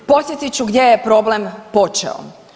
Podsjetit ću gdje je problem počeo.